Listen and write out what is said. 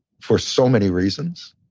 for so many reasons.